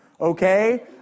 okay